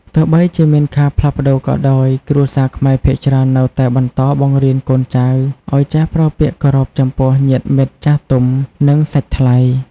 ទោះបីជាមានការផ្លាស់ប្ដូរក៏ដោយ គ្រួសារខ្មែរភាគច្រើននៅតែបន្តបង្រៀនកូនចៅឱ្យចេះប្រើពាក្យគោរពចំពោះញាតិមិត្តចាស់ទុំ និងសាច់ថ្លៃ។